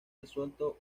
resultó